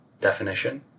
definition